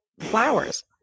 flowers